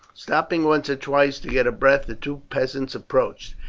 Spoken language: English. stopping once or twice to get breath the two peasants approached.